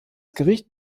gericht